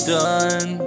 done